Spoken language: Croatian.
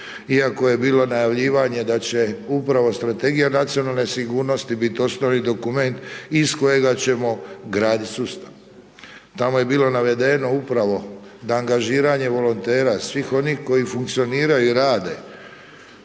iako je bilo najavljivanje da će upravo Strategija nacionalne sigurnosti biti osnovni dokument iz kojega ćemo graditi sustav. Tamo je bilo navedeno upravo da angažiranje volontera svih onih koji funkcioniraju i rade